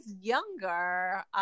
younger